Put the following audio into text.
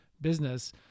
business